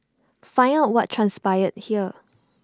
find out what transpired here